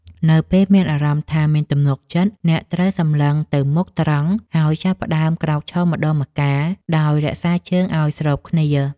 នៅពេលមានអារម្មណ៍ថាមានទំនុកចិត្ត អ្នកត្រូវសម្លឹងទៅមុខត្រង់ ហើយចាប់ផ្ដើមក្រោកឈរម្ដងម្កាលដោយរក្សាជើងឱ្យស្របគ្នា។